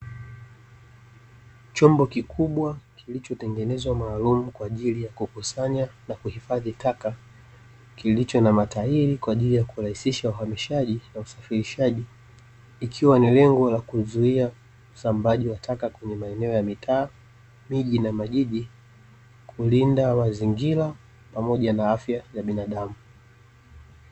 Chombo kikubwa kilichotengenezwa maalum kwa ajili ya kukusanya na kuhifadhi taka, kilicho na matairi kwa ajili ya kurahisisha uhamishaji na usafirishaji. Ikiwa na lengo la kuzuia usambaaji wa taka kwenye maeneo ya mitaa, miji na majiji, kulinda mazingira pamoja na afya ya binadamu.